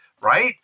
right